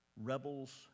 Rebels